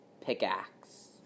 pickaxe